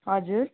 हजुर